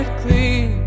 clean